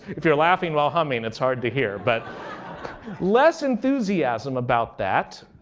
if you're laughing while humming it's hard to hear, but less enthusiasm about that.